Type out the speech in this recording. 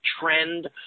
trend